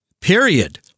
period